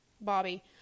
Bobby